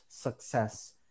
success